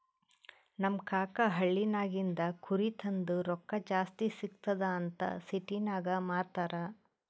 ನಮ್ ಕಾಕಾ ಹಳ್ಳಿನಾಗಿಂದ್ ಕುರಿ ತಂದು ರೊಕ್ಕಾ ಜಾಸ್ತಿ ಸಿಗ್ತುದ್ ಅಂತ್ ಸಿಟಿನಾಗ್ ಮಾರ್ತಾರ್